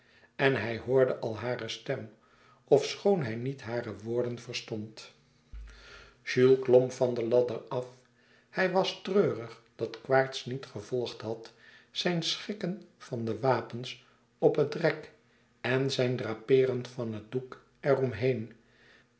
en hij hoorde al hare stem ofschoon hij niet hare woorden verstond jules klom van de ladder af hij was treurig dat quaerts niet gevolgd had zijn schikken van de wapens op het rek en zijn drapeeren van het doek